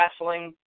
wrestling